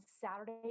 Saturday